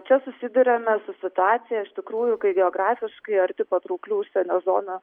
čia susiduriame su situacija iš tikrųjų kai geografiškai arti patrauklių užsienio zonų